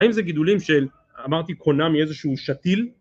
האם זה גידולים של אמרתי קונה מאיזשהו שתיל